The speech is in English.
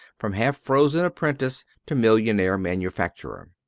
from half-frozen apprentice to millionaire manufacturer.